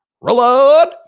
reload